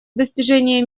достижение